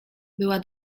była